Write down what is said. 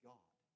God